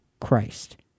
Christ